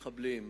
מחבלים,